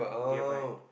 gear bike